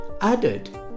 added